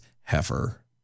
heifer